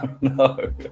No